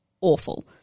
awful